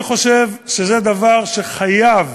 אני חושב שזה דבר שחייב